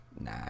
Nah